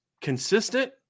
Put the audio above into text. consistent